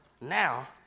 now